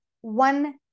one